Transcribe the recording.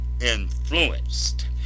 influenced